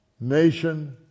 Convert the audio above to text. nation